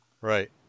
Right